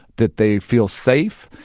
that they feel safe.